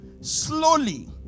slowly